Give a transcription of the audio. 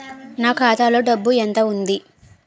నా ఖాతాలో డబ్బు ఎంత ఉంది?